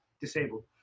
disabled